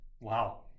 Wow